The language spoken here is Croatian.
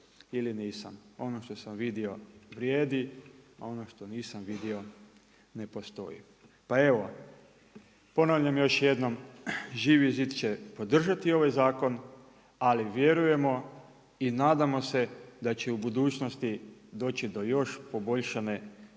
ili nisam. Ono što sam vidio vrijedi, ono što nisam vidio ne postoji. Pa evo ponavljam još jednom Živi zid će podržati ovaj zakon ali vjerujemo i nadamo se da će u budućnosti doći do još poboljšane zaštite